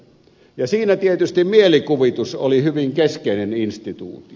siinä tietysti mielikuvitus oli hyvin keskeinen instituutio